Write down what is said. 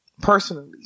Personally